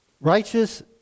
Righteous